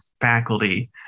faculty